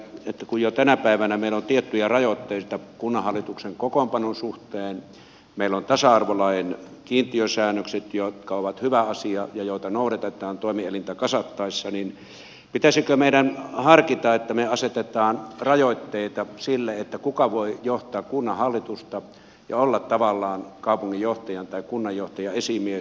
kun jo tänä päivänä meillä on tiettyjä rajoitteita kunnanhallituksen kokoonpanon suhteen meillä on tasa arvolain kiintiösäännökset jotka ovat hyvä asia ja joita noudatetaan toimielintä kasattaessa niin pitäisikö meidän harkita että me asetamme rajoitteita sille kuka voi johtaa kunnanhallitusta ja olla tavallaan kaupunginjohtajan tai kunnanjohtajan esimies